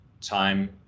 time